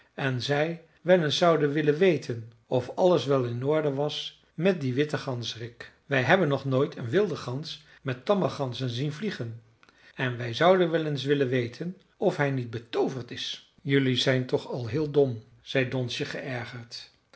en zij wel eens zouden willen weten of alles wel in orde was met dien witten ganzerik wij hebben nog nooit een wilde gans met tamme ganzen zien vliegen en wij zouden wel eens willen weten of hij niet betooverd is jelui zijn toch al heel dom zei donsje